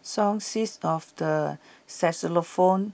song sheets of the xylophones